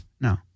No